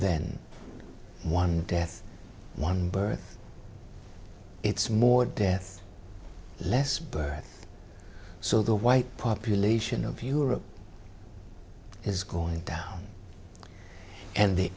then one death one birth it's more death less birth so the white population of europe is going down and the